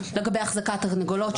לגבי החזקת תרנגולות,